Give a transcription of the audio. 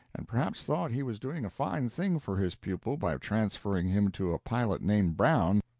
and perhaps thought he was doing a fine thing for his pupil by transferring him to a pilot named brown,